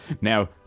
Now